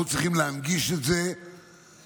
אנחנו צריכים להנגיש את זה גם